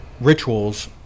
rituals